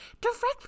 directly